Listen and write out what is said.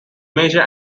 major